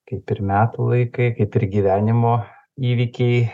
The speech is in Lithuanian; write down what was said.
kaip ir metų laikai kaip ir gyvenimo įvykiai